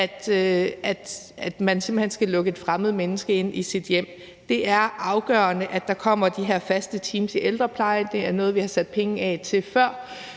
ældre simpelt hen skal lukke et fremmed menneske ind i sit hjem. Det er afgørende, at der kommer de her faste teams i ældreplejen. Det er noget, vi har sat penge af til før,